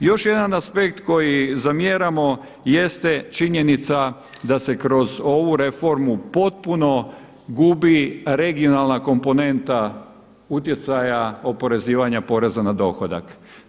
Još jedan aspekt koji zamjeramo jeste činjenica da se kroz ovu reformu potpuno gubi regionalna komponenta utjecaja oporezivanja poreza na dohodak.